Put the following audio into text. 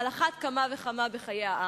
על אחת כמה וכמה בחיי העם".